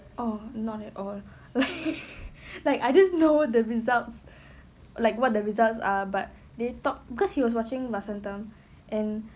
oh not at all like like I just know the results like what the results are but they talk because he was watching vasantham